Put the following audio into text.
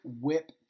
Whip